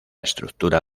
estructura